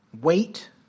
Wait